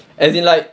as in like